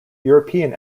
european